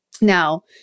Now